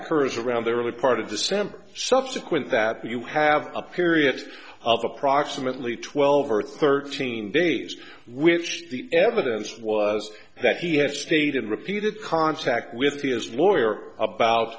occurs around the early part of december subsequent that you have a period of approximately twelve or thirteen days which the evidence was that he had stayed in repeated contact with the as lawyers about